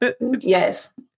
Yes